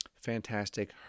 fantastic